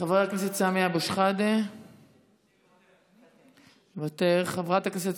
חבר הכנסת סמי אבו שחאדה, מוותר, חברת הכנסת